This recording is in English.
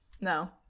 No